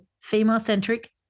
female-centric